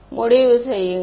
மாணவர் முடிவு செய்யுங்கள்